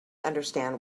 understand